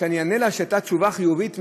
שאני אגיד לה שהייתה תשובה חיובית מהמעון,